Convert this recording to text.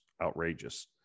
outrageous